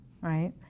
right